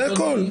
זה הכול.